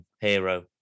hero